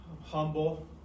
Humble